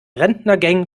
rentnergang